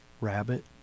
rabbit